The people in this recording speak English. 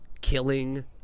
killing